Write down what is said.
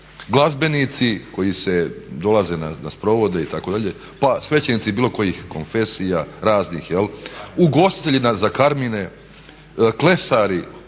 glazbenici koji dolaze na sprovode itd. Pa svećenici bilo kojih konfesija raznih, ugostitelji za karmine, klesari,